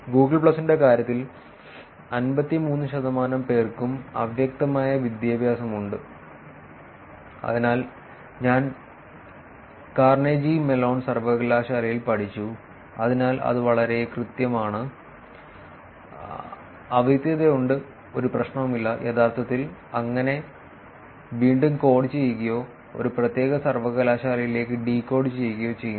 Google പ്ലസിന്റെ കാര്യത്തിൽ 53 ശതമാനം പേർക്കും അവ്യക്തമായ വിദ്യാഭ്യാസമുണ്ട് അതിനാൽ ഞാൻ കാർനെഗി മെലോൺ സർവകലാശാലയിൽ പഠിച്ചു അതിനാൽ അത് വളരെ കൃത്യമാണ് അവ്യക്തതയുണ്ട് ഒരു പ്രശ്നവുമില്ല യഥാർത്ഥത്തിൽ അതിനെ വീണ്ടും കോഡ് ചെയ്യുകയോ ഒരു പ്രത്യേക സർവകലാശാലയിലേക്ക് ഡീകോഡ് ചെയ്യുകയോ ചെയ്യുന്നു